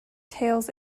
tails